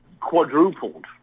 quadrupled